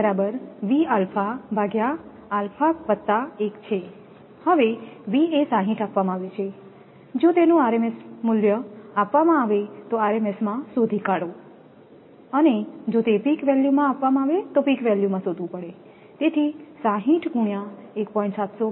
બરાબર છે હવે V એ 60 આપવામાં આવ્યું છે જો તેનુ મૂલ્ય rmsમાં આપવામાં આવે તો rms માં શોધી કાઢો અને જો તે પીક વેલ્યુમાં આપવામાં આવે તો પીક વેલ્યુમાં શોધવુ પડે તેથી તેથી તે 38